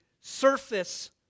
surface